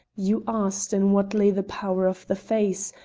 you asked in what lay the power of the face,